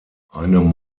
einem